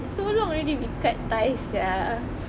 so long already we cut ties sia